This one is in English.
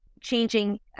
changing